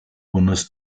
bonus